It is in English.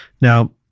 Now